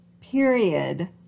period